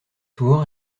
souvent